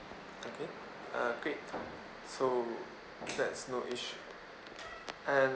okay ah great so that's no issue and